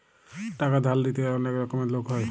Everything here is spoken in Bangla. টাকা ধার নিতে হলে অনেক রকমের লোক হয়